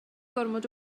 gormod